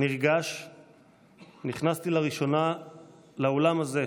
נרגש נכנסתי לראשונה לאולם הזה,